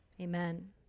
Amen